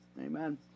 Amen